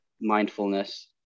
mindfulness